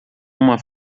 uma